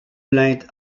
plainte